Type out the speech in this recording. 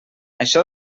això